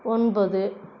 ஒன்பது